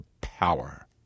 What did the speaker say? power